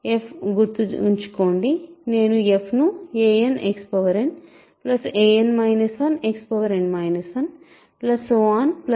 f గుర్తుంచుకోండి నేను f ను a nXn a n 1 Xn 1